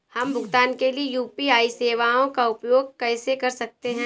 हम भुगतान के लिए यू.पी.आई सेवाओं का उपयोग कैसे कर सकते हैं?